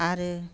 आरो